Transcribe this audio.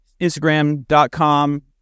Instagram.com